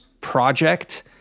project